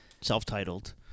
self-titled